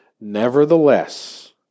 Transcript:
nevertheless